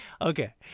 okay